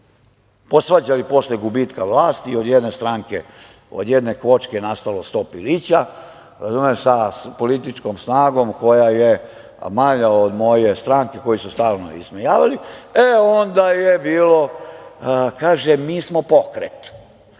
posvađali posle gubitka vlasti i od jedne kvočke nastalo sto pilića, sa političkom snagom koja je manja od moje stranke koju su stalno ismejavali, e, onda je bilo – mi smo pokret. Sad